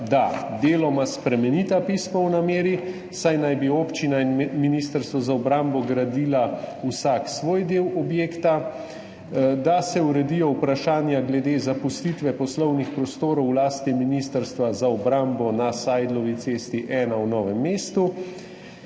da deloma spremenita pismo o nameri, saj naj bi občina in ministrstvo za obrambo gradila vsak svoj del objekta, da se uredijo vprašanja glede zapustitve poslovnih prostorov v lasti Ministrstva za obrambo na Seidlovi cesti 1 v Novem mestu.